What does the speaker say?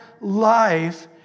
life